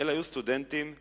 אלה היו סטודנטים מהמבורג.